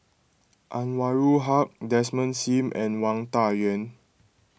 Anwarul Haque Desmond Sim and Wang Dayuan